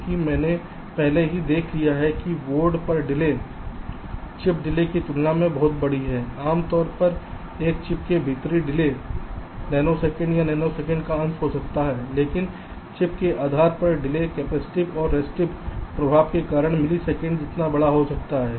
क्योंकि मैंने पहले ही देख लिया है कि बोर्ड पर डिले चिप डिले की तुलना में बहुत बड़ी है आमतौर पर एक चिप के भीतर डिले नैनोसेकंड या नैनोसेकंड का अंश हो सकता है लेकिन चिप्स के पार बोर्ड पर डिले कैपेसिटेक और रेसिस्टिव प्रभाव के कारण मिलीसेकंड जितना बड़ा हो सकता है